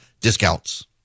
discounts